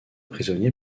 prisonnier